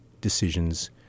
decisions